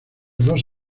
dos